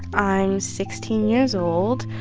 i'm sixteen years old.